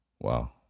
wow